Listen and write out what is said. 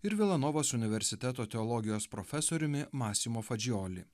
ir vila novos universiteto teologijos profesoriumi masimo fadžioli